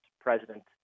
president